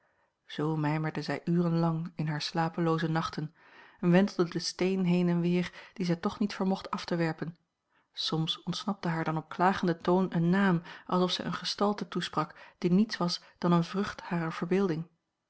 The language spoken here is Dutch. zoo mijmerde zij uren lang in hare slapelooze nachten en wentelde den steen heen en weer dien zij toch niet vermocht af te werpen soms ontsnapte haar dan op klagenden toon een naam alsof zij eene gestalte toesprak die niets was dan eene vrucht harer verbeelding